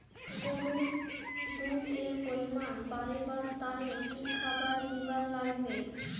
গরুর দুধ এর পরিমাণ বারেবার তানে কি খাবার দিবার লাগবে?